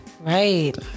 right